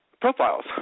profiles